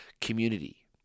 community